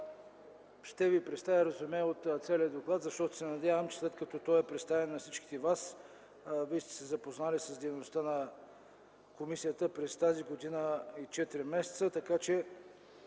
Ще ви представя резюме от целия доклад, защото се надявам, че след като той е представен на всички вас, вие сте се запознали с дейността на комисията през тази година и четири месеца. След